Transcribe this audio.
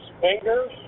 fingers